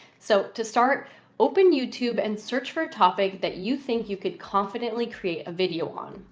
so to start open youtube and search for a topic that you think you could confidently create a video on.